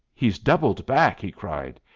he's doubled back, he cried.